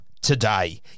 today